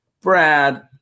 Brad